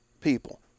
people